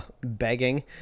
begging